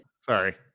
Sorry